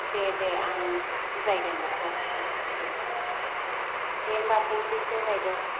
दे दे आं बुजायगोन बेखौ औ दे दे होनबा टेंकिउसै बायद'